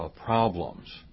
problems